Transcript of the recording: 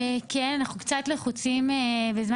אנחנו קצת לחוצים בזמן.